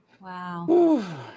Wow